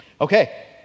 Okay